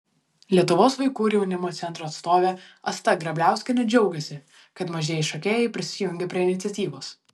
lietuvos vaikų ir jaunimo centro atstovė asta grabliauskienė džiaugėsi kad mažieji šokėjai prisijungė prie iniciatyvos